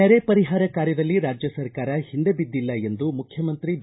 ನೆರೆ ಪರಿಹಾರ ಕಾರ್ಯದಲ್ಲಿ ರಾಜ್ಯ ಸರ್ಕಾರ ಹಿಂದೆ ಬಿದ್ದಿಲ್ಲ ಎಂದು ಮುಖ್ಯಮಂತ್ರಿ ಬಿ